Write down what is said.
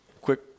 Quick